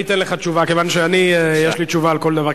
אני אתן לך תשובה כיוון שיש לי תשובה על כל דבר.